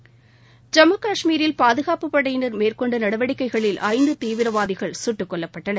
ஐம்மு கஷ்மீரில் பாதுகாப்புப் படையினர் மேற்கொண்ட நடவடிக்கைகளில் ஐந்து தீவிரவாதிகள் சுட்டுக் கொல்லப்பட்டனர்